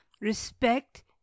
Respect